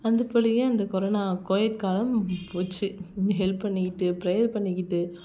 வந்து போகலையே அந்த கொரோனா கோவிட் காலம் போச்சு இன்னும் ஹெல்ப் பண்ணிக்கிட்டு ப்ரேயர் பண்ணிக்கிட்டு